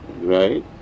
right